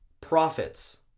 profits